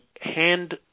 hand